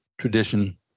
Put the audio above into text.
tradition